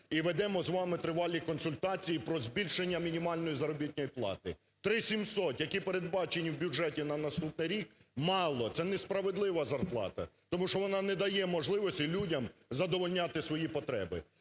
і ведемо з вами тривалі консультації про збільшення мінімальної заробітної плати. 3700, які передбачені у бюджеті на наступний рік – мало, це несправедлива зарплата, тому що вона не дає можливості людям задовольняти свої потреби.